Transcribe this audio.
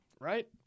Right